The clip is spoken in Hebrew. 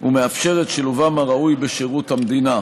ומאפשר את שילובן הראוי בשירות המדינה.